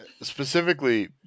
specifically